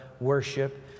worship